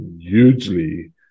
hugely